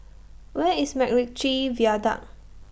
Where IS Macritchie Viaduct